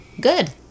Good